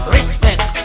Respect